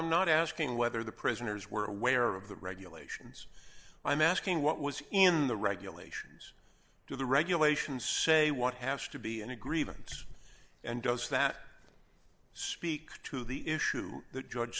i'm not asking whether the prisoners were aware of the regulations i'm asking what was in the regulations to the regulations say what has to be in a grievance and does that speaks to the issue that george